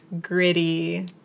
gritty